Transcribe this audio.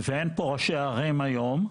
ואין פה ראשי ערים היום,